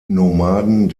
nomaden